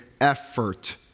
effort